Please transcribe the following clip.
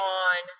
on